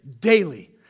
daily